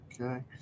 Okay